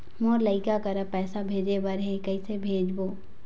मोर लइका करा पैसा भेजें बर हे, कइसे भेजबो?